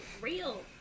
real